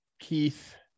Keith